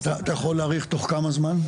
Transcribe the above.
אתה יכול להעריך תוך כמה זמן?